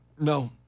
No